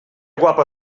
guapa